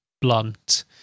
blunt